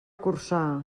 corçà